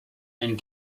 and